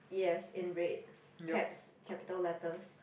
yes in red caps capital letters